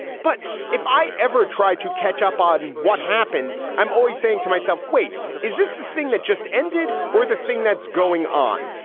but if i ever tried to catch up on what happened, i'm always saying to myself, wait, is this the thing that just ended or the thing that's going on?